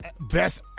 Best